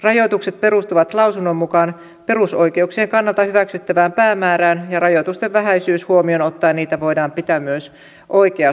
rajoitukset perustuvat lausunnon mukaan perusoikeuksien kannalta hyväksyttävään päämäärään ja rajoitusten vähäisyys huomioon ottaen niitä voidaan pitää myös oikeasuhtaisina